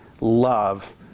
love